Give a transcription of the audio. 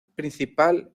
principal